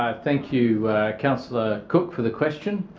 thank you councillor cook for the question.